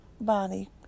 body